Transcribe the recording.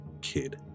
kid